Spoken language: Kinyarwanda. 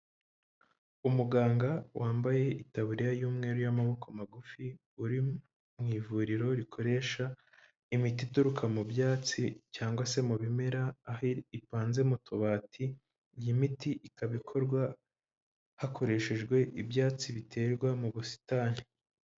Umuganga wambaye itaburiya y'umweru y'amaboko magufi, uri mu ivuriro rikoresha imiti ituruka mu byatsi cyangwa se mu bimera aho ipanze mu tubati. Iyi miti ikaba ikorwa hakoreshejwe ibyatsi biterwa mu busitani.